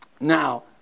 now